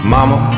Mama